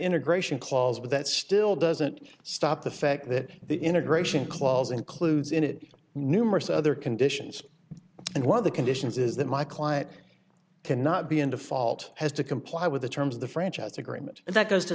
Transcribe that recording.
integration clause but that still doesn't stop the fact that the integration clause includes in it numerous other conditions and one of the conditions is that my client cannot be in default has to comply with the terms of the franchise agreement and that goes to